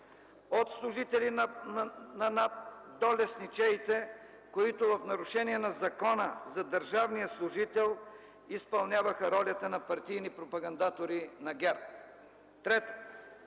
за приходите до лесничеите, които в нарушение на Закона за държавния служител изпълняваха ролята на партийни пропагандатори на ГЕРБ. Трето,